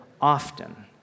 often